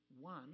One